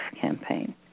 campaign